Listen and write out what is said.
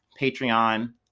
Patreon